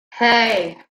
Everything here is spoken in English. hey